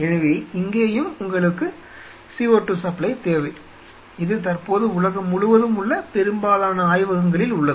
எனவே இங்கேயும் உங்களுக்கு CO2 சப்ளை தேவை இது தற்போது உலகம் முழுவதும் உள்ள பெரும்பாலான ஆய்வகங்களில் உள்ளது